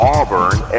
Auburn